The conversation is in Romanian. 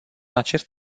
acest